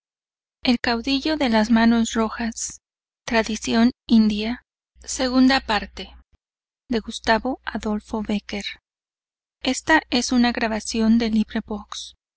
el caudillo de las manos rojas tradición india de gustavo adolfo bécquer